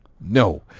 No